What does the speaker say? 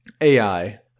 AI